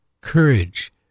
courage